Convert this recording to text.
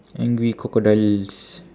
angry crocodiles